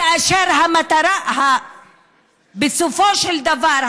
כאשר המטרה בסופו של דבר,